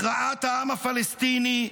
הכרעת העם הפלסטיני,